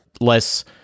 less